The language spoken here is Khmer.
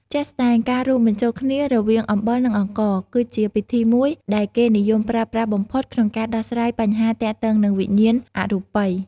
ជាក់ស្តែង ការរួមបញ្ចូលគ្នារវាង អំបិល និងអង្ករ គឺជាពិធីមួយដែលគេនិយមប្រើប្រាស់បំផុតក្នុងការដោះស្រាយបញ្ហាទាក់ទងនឹងវិញ្ញាណអរូបិយ។